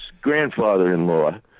grandfather-in-law